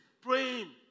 praying